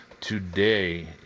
today